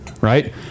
right